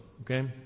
Okay